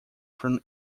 from